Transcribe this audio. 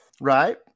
Right